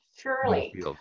Surely